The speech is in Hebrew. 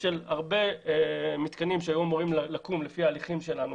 של הרבה מתקנים שהיו אמורים לקום לפי ההליכים שלנו